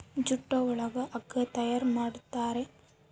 jute ಒಳಗ ಹಗ್ಗ ತಯಾರ್ ಮಾಡುತಾರೆ